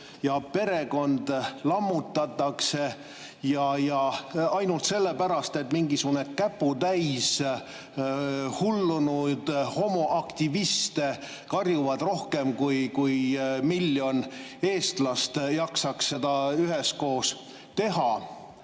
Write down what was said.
ja perekond lammutatakse. Ja ainult sellepärast, et mingisugune käputäis hullunud homoaktiviste karjub rohkem, kui miljon eestlast jaksaks seda üheskoos teha.